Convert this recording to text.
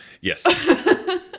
Yes